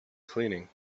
cleaning